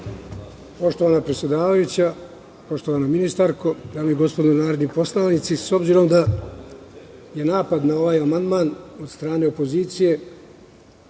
Poštovana predsedavajuća, poštovana ministarko, dame i gospodo narodni poslanici, s obzirom da je napad na ovaj amandman od strane opozicije,